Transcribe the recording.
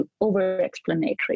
over-explanatory